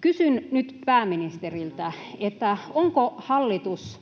Kysyn nyt pääministeriltä: Onko hallitus